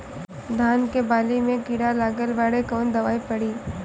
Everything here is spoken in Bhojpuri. धान के बाली में कीड़ा लगल बाड़े कवन दवाई पड़ी?